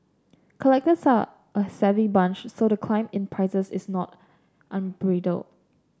collectors are a savvy bunch so the climb in prices is not unbridled